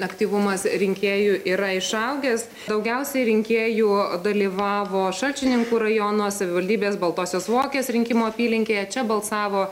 aktyvumas rinkėjų yra išaugęs daugiausiai rinkėjų dalyvavo šalčininkų rajono savivaldybės baltosios vokės rinkimų apylinkėje čia balsavo